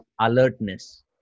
alertness